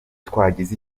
twagize